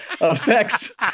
effects